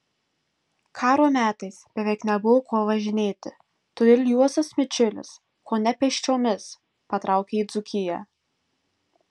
karo metais beveik nebuvo kuo važinėti todėl juozas mičiulis kone pėsčiomis patraukė į dzūkiją